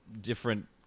different